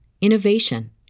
innovation